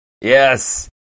Yes